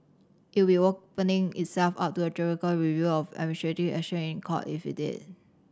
it would be opening itself up to a judicial review of action in Court if it did